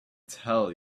tell